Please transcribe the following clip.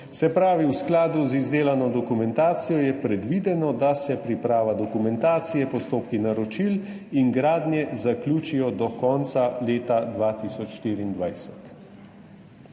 Se pravi, v skladu z izdelano dokumentacijo je predvideno, da se priprava dokumentacije, postopki naročil in gradnje zaključijo do konca leta 2024.